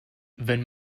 wenn